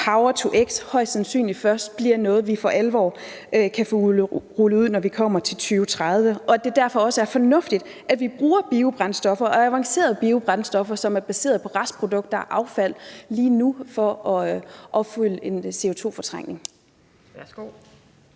power-to-x højst sandsynligt først bliver noget, vi for alvor kan få rullet ud, når vi kommer til 2030, og at det derfor også er fornuftigt, at vi bruger biobrændstoffer og avancerede biobrændstoffer, som er baseret på restprodukter og affald, lige nu for at opfylde en CO2-fortrængning.